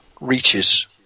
reaches